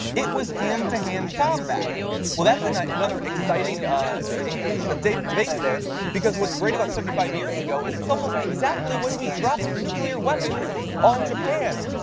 it was hand to hand combat well that's another exciting ah inclusion of dates dates there because whats great about seventy five years ago is its almost exactly when we dropped nuclear weapons on japan.